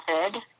method